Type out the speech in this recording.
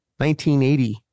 1980